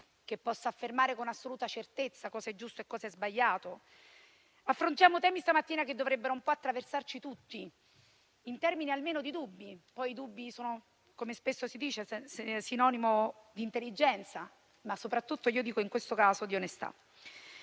che possa affermare con assoluta certezza cosa è giusto e cosa è sbagliato. Affrontiamo temi stamattina che dovrebbero un po' attraversarci tutti, in termini almeno di dubbi. Poi i dubbi sono, come spesso si dice, sinonimo di intelligenza, ma soprattutto - io dico in questo caso - di onestà.